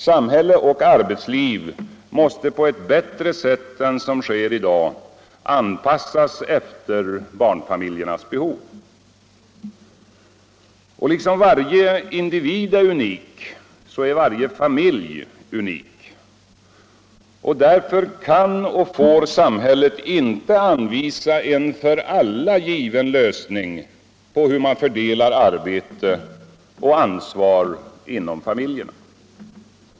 Samhälle och arbetsliv måste på ett bättre sätt än som sker i dag anpassas efter barnfamiljernas behov. Liksom varje individ är unik är varje familj unik. Därför kan och får samhället inte anvisa en för alla given lösning på hur man fördelar arbete och ansvar inom familjerna.